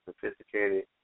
sophisticated